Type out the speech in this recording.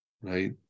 right